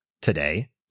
today